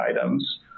items